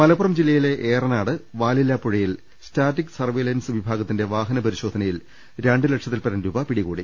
മലപ്പുറം ജില്ലയിലെ ഏറനാട് വാലില്ലാപുഴയിൽ static surveillance വിഭാഗത്തിന്റെ വാഹന പരിശോധനയിൽ രണ്ട് ലക്ഷത്തിൽ പരം രൂപ പിടികൂടി